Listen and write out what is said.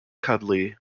cuddly